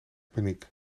paniek